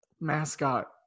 mascot